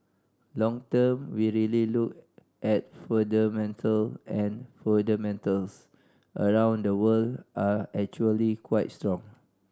long term we really look at fundamental and fundamentals across the world are actually quite strong